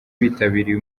bitabiriye